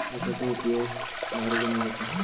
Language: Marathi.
उसाचो उपयोग दारू बनवूक होता